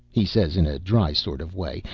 he says, in a dry sort of way,